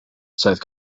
south